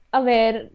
aware